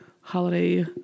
Holiday